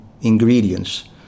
ingredients